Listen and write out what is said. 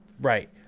Right